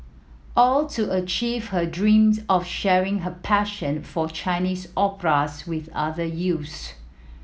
all to achieve her dreams of sharing her passion for Chinese operas with other youths